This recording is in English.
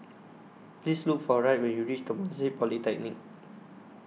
Please Look For Wright when YOU REACH Temasek Polytechnic